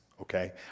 okay